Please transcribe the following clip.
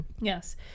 Yes